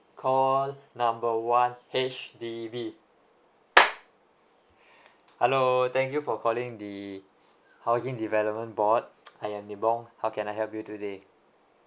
call number one H_D_B hello thank you for calling the housing development board I am nibong how can I help you today